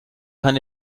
kann